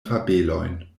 fabelojn